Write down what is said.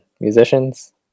musicians